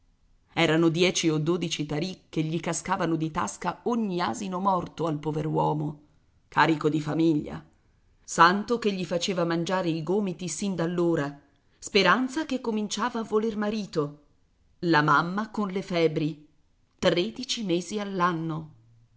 erano dieci o dodici tarì che gli cascavano di tasca ogni asino morto al poveruomo carico di famiglia santo che gli faceva mangiare i gomiti sin d'allora speranza che cominciava a voler marito la mamma con le febbri tredici mesi